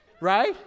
right